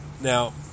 Now